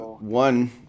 One